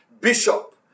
bishop